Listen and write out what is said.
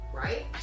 right